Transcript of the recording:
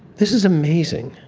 this is amazing.